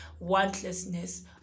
wantlessness